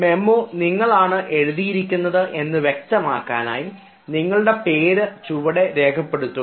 memo നിങ്ങളാണ് എഴുതിയത് എന്ന് വ്യക്തമാക്കുന്നതിനായി നിങ്ങളുടെ പേര് ചുവടെ രേഖപ്പെടുത്തുക